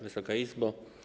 Wysoka Izbo!